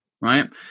Right